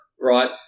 right